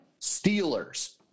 Steelers